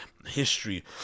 history